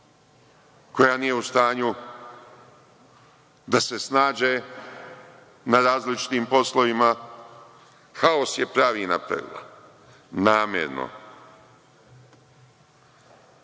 koja nije u stanju da se snađe na različitim poslovima. Haos je pravi napravila.